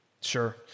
Sure